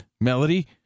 Melody